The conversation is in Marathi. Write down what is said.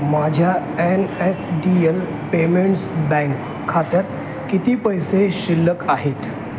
माझ्या N S D L payments bank खात्यात किती पैसे शिल्लक आहेत